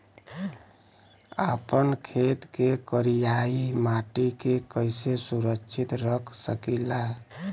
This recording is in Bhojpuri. आपन खेत के करियाई माटी के कइसे सुरक्षित रख सकी ला?